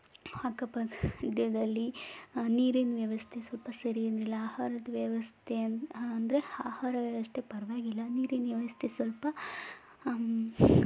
ಅಕ್ಕಪಕ್ಕದಲ್ಲಿ ನೀರಿನ ವ್ಯವಸ್ಥೆ ಸ್ವಲ್ಪ ಸರಿ ಇರಲಿಲ್ಲ ಆಹಾರದ ವ್ಯವಸ್ಥೆ ಅಂದರೆ ಆಹಾರ ವ್ಯವಸ್ಥೆ ಪರವಾಗಿಲ್ಲ ನೀರಿನ ವ್ಯವಸ್ಥೆ ಸ್ವಲ್ಪ